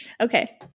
okay